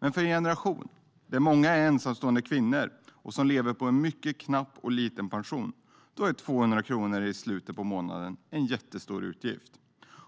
Men för en generation där många är ensamstående kvinnor som lever på en mycket knapp och liten pension är 200 kronor i slutet på månaden en jättestor utgift.